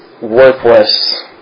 worthless